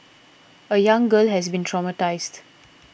a young girl has been traumatised